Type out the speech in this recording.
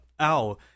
Ow